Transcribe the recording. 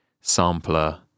sampler